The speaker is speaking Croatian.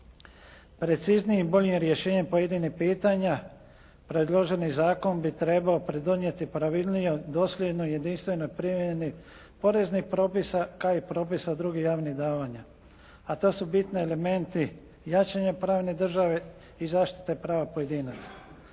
Preciznijim i boljem rješenjem pojedinih pitanja predloženi zakon bi trebao pridonijeti pravilnijoj, dosljednoj i jedinstvenoj primjeni poreznih propisa kao i propisa drugih javnih davanja a to su bitni elementi jačanja pravne države i zaštite prava pojedinaca.